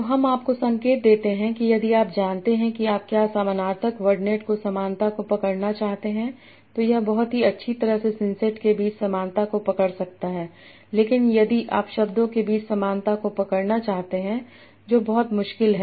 तो हम आपको संकेत देते हैं कि यदि आप जानते हैं कि क्या आप समानार्थक वर्डनेट में समानता को पकड़ना चाहते हैं तो यह बहुत ही अच्छी तरह से सिंसेट के बीच समानता को पकड़ सकता है लेकिन यदि आप शब्दों के बीच समानता को पकड़ना चाहते हैं जो बहुत मुश्किल है